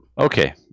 Okay